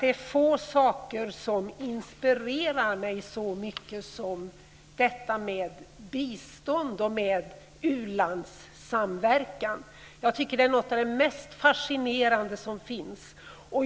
Det är få saker som inspirerar mig så mycket som bistånd och u-landssamverkan. Jag tycker att det är något av det mest fascinerande som finns.